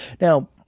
Now